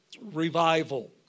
revival